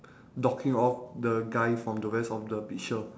docking off the guy from the rest of the picture